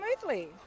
smoothly